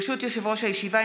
ברשות יושב-ראש הישיבה,